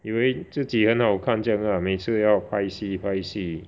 以为自己很好看这样 lah 每次要拍戏拍戏